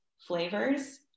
flavors